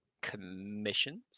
Commissions